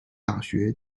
大学